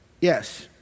Yes